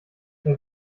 herr